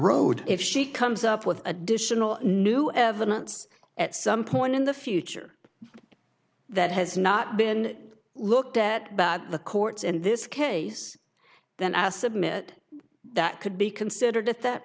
road if she comes up with additional new evidence at some point in the future that has not been looked at by the courts in this case then i submit that could be considered at that